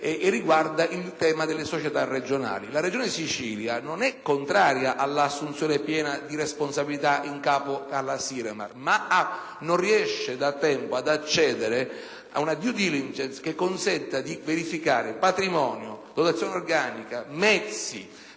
e riguarda le società regionali. La Regione Siciliana non è contraria all'assunzione piena di responsabilità in capo alla Siremar, ma non riesce da tempo ad accedere ad una *due diligence* che consenta di verificare il patrimonio, la dotazione organica, i mezzi